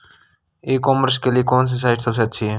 ई commerce के लिए कौनसी साइट सबसे अच्छी है?